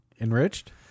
Enriched